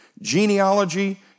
genealogy